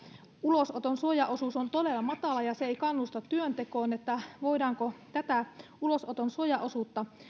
ulosoton suojaosuus on todella matala ja se ei kannusta työntekoon että voidaanko tätä ulosoton suojaosuutta